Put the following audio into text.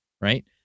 Right